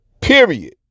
Period